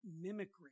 mimicry